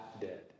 dead